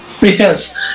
Yes